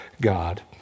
God